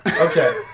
Okay